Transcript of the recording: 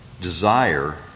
desire